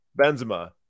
Benzema